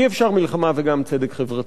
אי-אפשר מלחמה וגם צדק חברתי.